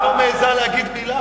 בגלל זה ש"ס לא מעזה להגיד מלה.